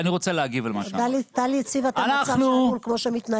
אנחנו מרגישים שיש לנו --- טלי הציגה את המצב כמו שהוא מתנהל.